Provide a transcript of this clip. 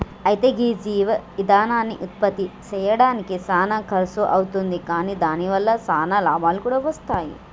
అయితే గీ జీవ ఇందనాన్ని ఉత్పప్తి సెయ్యడానికి సానా ఖర్సు అవుతుంది కాని దాని వల్ల సానా లాభాలు కూడా వస్తాయి